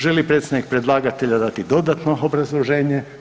Želi li predstavnik predlagatelja dati dodatno obrazloženje?